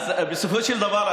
בסופו של דבר,